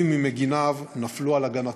רבים ממגיניו, נפלו על הגנתו.